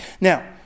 now